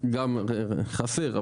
גם חסר,